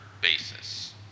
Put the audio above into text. basis